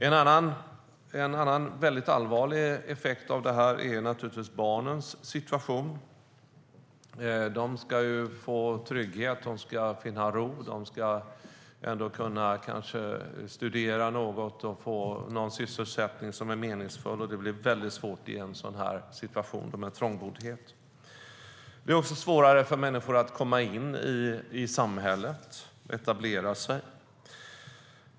En annan allvarlig effekt av detta är naturligtvis barnens situation. De ska få trygghet, finna ro och kanske kunna studera och få en sysselsättning som är meningsfull. Det blir väldigt svårt när det är sådan trångboddhet. Det blir också svårare för människor att komma in och etablera sig i samhället.